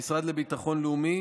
המשרד לביטחון לאומי,